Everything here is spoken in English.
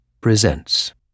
Presents